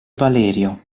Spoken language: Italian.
valerio